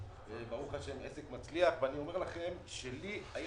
ברוך השם עסק מצליח ואני אומר לכם שלי היה